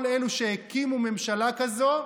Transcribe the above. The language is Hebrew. כל אלו שהקימו ממשלה כזאת,